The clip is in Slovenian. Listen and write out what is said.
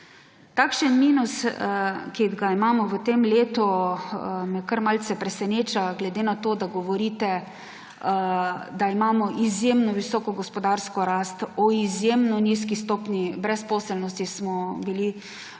Takšen minus, ki ga imamo v tem letu, me kar malce preseneča, glede na to da govorite, da imamo izjemno visoko gospodarsko rast. O izjemno nizki stopnji brezposelnosti smo bili